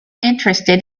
interested